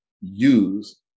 use